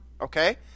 Okay